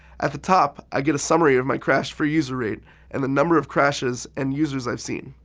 at the top, i get a summary of my crash for user rate and the number of crashes and users i've seen.